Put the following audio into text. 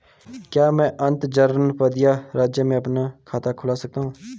क्या मैं अंतर्जनपदीय राज्य में भी अपना खाता खुलवा सकता हूँ?